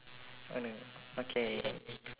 oh no okay